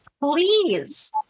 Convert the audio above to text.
please